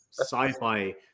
sci-fi